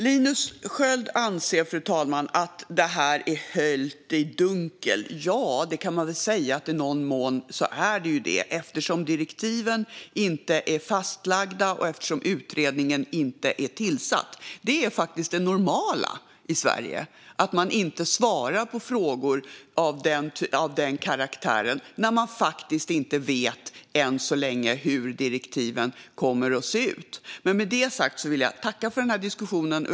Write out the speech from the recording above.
Fru talman! Linus Sköld anser att det här är höljt i dunkel. Ja, det kan man väl säga att det i någon mån är eftersom direktiven inte är skrivna och utredningen inte är tillsatt. Det är faktiskt det normala i Sverige att man inte svarar på frågor av den karaktären när man ännu inte vet hur direktiven kommer att se ut. Med det sagt vill jag tacka för diskussionen.